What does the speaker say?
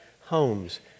homes